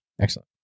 Excellent